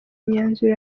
imyanzuro